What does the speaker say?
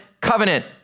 covenant